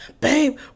babe